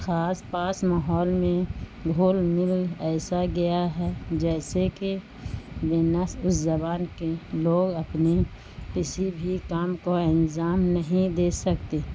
خاص پاس ماحول میں گھول مل ایسا گیا ہے جیسے کہ بناس اس زبان کے لوگ اپنے کسی بھی کام کو انظام نہیں دے سکتے